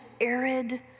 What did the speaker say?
arid